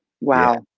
Wow